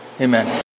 amen